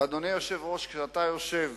אדוני היושב-ראש, כשאתה יושב